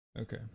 okay